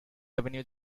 revenue